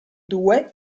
due